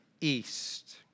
east